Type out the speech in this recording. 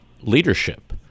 leadership